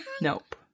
Nope